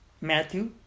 Matthew